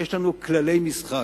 יש לנו כללי משחק.